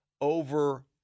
Over